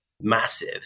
massive